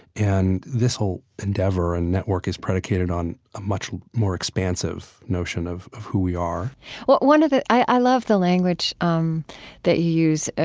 and this whole endeavor and network is predicated on a much more expansive notion of of who we are well, one of the, i love the language um that you use, ah